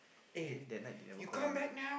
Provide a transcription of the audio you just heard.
then that night they never call lah